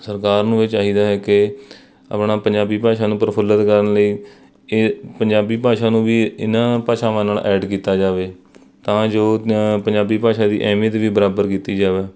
ਸਰਕਾਰ ਨੂੰ ਇਹ ਚਾਹੀਦਾ ਹੈ ਕਿ ਆਪਣਾ ਪੰਜਾਬੀ ਭਾਸ਼ਾ ਨੂੰ ਪ੍ਰਫੁੱਲਿਤ ਕਰਨ ਲਈ ਇਹ ਪੰਜਾਬੀ ਭਾਸ਼ਾ ਨੂੰ ਵੀ ਇਹਨਾਂ ਭਾਸ਼ਾਵਾਂ ਨਾਲ ਐਡ ਕੀਤਾ ਜਾਵੇ ਤਾਂ ਜੋ ਪੰਜਾਬੀ ਭਾਸ਼ਾ ਦੀ ਅਹਿਮੀਅਤ ਵੀ ਬਰਾਬਰ ਕੀਤੀ ਜਾਵੇ